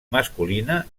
masculina